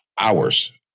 hours